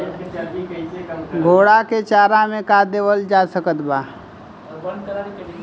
घोड़ा के चारा मे का देवल जा सकत बा?